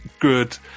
good